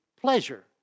pleasure